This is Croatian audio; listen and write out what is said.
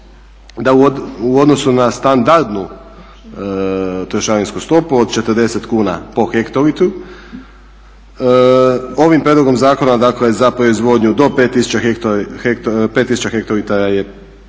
da u odnosu na standardnu trošarinsku stopu od 40 kuna po hektolitru ovim prijedlogom zakona dakle za proizvodnju do 5 tisuća hektolitara je